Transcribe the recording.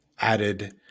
added